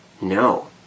No